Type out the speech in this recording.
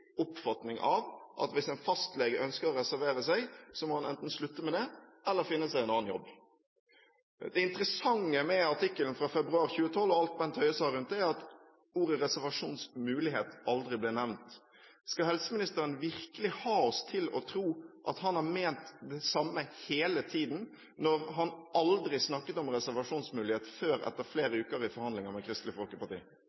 oppfatning av at hvis en fastlege ønsker å reservere seg, må han enten slutte med det eller finne seg en annen jobb. Det interessante med artikkelen fra februar 2012 og alt det Bent Høie sa om det, er at ordet «reservasjonsmulighet» aldri ble nevnt. Skal helseministeren virkelig ha oss til å tro at han har ment det samme hele tiden, når han aldri snakket om reservasjonsmulighet før etter flere